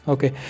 Okay